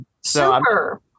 Super